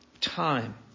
time